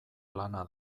lana